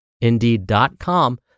Indeed.com